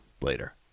later